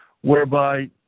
whereby